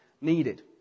needed